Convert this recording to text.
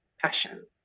passion